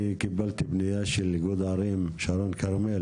קיבלתי פנייה של איגוד ערים שרון-כרמל